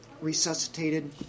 resuscitated